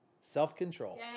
self-control